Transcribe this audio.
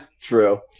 True